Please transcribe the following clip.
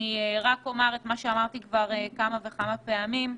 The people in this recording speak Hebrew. אומר את מה שאמרתי כבר כמה וכמה פעמים.